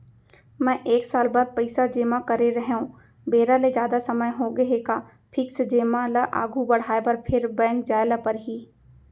मैं एक साल बर पइसा जेमा करे रहेंव, बेरा ले जादा समय होगे हे का फिक्स जेमा ल आगू बढ़ाये बर फेर बैंक जाय ल परहि?